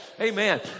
Amen